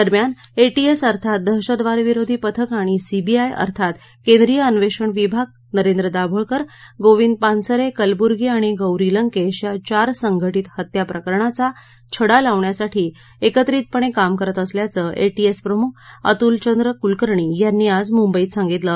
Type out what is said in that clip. दरम्यानएटीएस अर्थात दहशतवादविरोधी पथक आणि सीबीआय अर्थात केंद्रीय अन्वेषण विभाग नरेंद्र दाभोळकर गोविंद पानसरे कलवूर्गी आणि गौरी लंकेश या चार संघटित हत्या प्रकरणाचा छडा लावण्यासाठी एकत्रितपणे काम करत असल्याचं एटीएस प्रमुख अतुलचंद्र कुलकर्णी यांनी आज मुंबईत सांगितलं